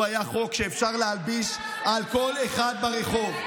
הוא היה חוק שאפשר להלביש על כל אחד ברחוב.